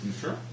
sure